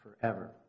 forever